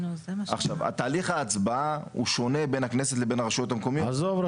עכשיו תהליך ההצבעה הוא שונה בין הכנסת לבין הרשות המקומית עזוב,